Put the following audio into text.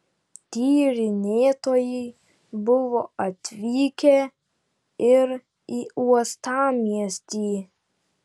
tyrinėtojai buvo atvykę ir į uostamiestį